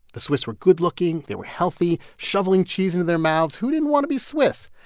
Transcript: the swiss were good looking, they were healthy, shoveling cheese into their mouths. who didn't want to be swiss?